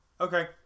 Okay